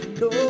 no